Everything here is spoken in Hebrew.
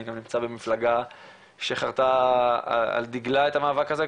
אני גם נמצא במפלגה שחרטה על דגלה את המאבק הזה,